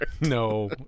No